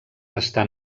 estan